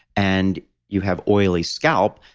and you have oily scalp,